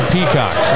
Peacock